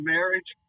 Marriage